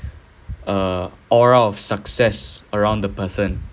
a aura of success around the person